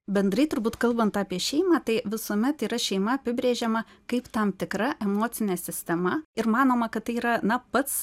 bendrai turbūt kalbant apie šeimą tai visuomet yra šeima apibrėžiama kaip tam tikra emocinė sistema ir manoma kad tai yra na pats